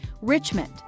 Richmond